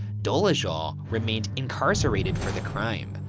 dolezal remained incarcerated for the crime.